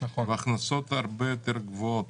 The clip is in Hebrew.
וההכנסות הרבה יותר גבוהות